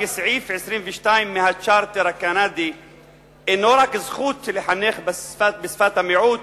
כי סעיף 22 מהצ'רטר הקנדי אינו רק זכות לחנך בשפת המיעוט